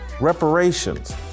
reparations